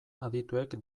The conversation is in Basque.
adituek